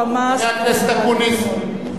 חבר הכנסת אקוניס,